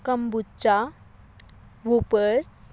kombucha whoppers